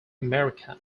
america